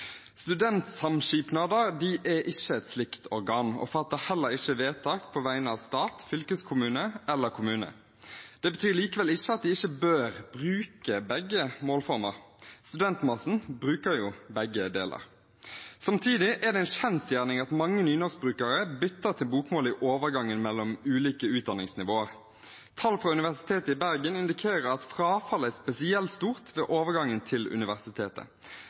Studentsamskipnader er ikke et slikt organ og fatter heller ikke vedtak på vegne av stat, fylkeskommune eller kommune. Det betyr likevel ikke at de ikke bør bruke begge målformer. Studentmassen bruker jo begge deler. Samtidig er det en kjensgjerning at mange nynorskbrukere bytter til bokmål i overgangen til ulike utdanningsnivåer. Tall fra Universitetet i Bergen indikerer at frafallet er spesielt stort ved overgangen til universitetet.